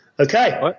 Okay